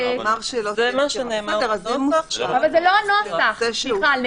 אבל זה לא הנוסח, סליחה.